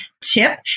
tip